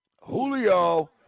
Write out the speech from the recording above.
julio